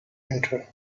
enter